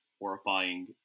horrifying